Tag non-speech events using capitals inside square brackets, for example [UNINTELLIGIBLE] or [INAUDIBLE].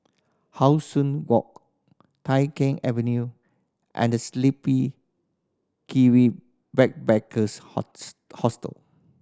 How Sun Walk Tai Keng Avenue and The Sleepy Kiwi Backpackers [UNINTELLIGIBLE] Hostel